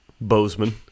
Bozeman